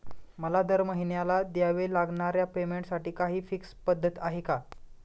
मला दरमहिन्याला द्यावे लागणाऱ्या पेमेंटसाठी काही फिक्स पद्धत आहे का?